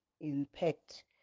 impact